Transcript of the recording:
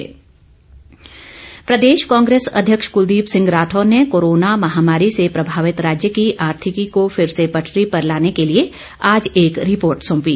कांग्रेस हिमाचल प्रदेश कांग्रेस अध्यक्ष कुलदीप सिंह राठौर ने कोरोना महामारी से प्रभावित राज्य की आर्थिकी को फिर से पटरी पर लाने के लिए ऑज एक रिपोर्ट सौंपी